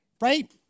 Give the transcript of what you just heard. right